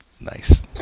Nice